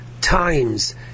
times